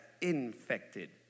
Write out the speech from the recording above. infected